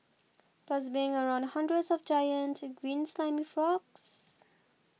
plus being around hundreds of giant green slimy frogs